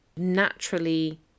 Naturally